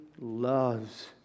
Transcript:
loves